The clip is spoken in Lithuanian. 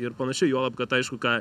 ir panašiai juolab kad aišku ką